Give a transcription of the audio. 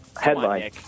Headline